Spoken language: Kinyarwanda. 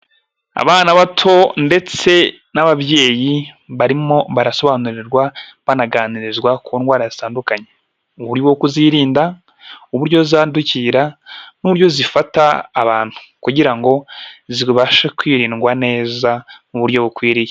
Abana bato ndetse n'ababyeyi barimo barasobanurirwa banaganirizwa ku ndwara zitandukanye, buriho kuzirinda, uburyo zandukira n'uburyo zifata abantu, kugira ngo zibashe kwirindwa neza mu buryo bukwiriye.